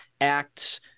acts